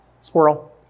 squirrel